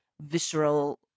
visceral